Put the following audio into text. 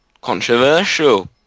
Controversial